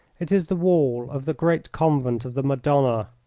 it is the wall of the great convent of the madonna.